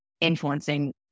influencing